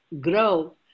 grow